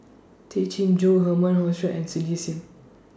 Tay Chin Joo Herman Hochstadt and Cindy SIM